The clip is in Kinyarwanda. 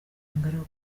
ingaragu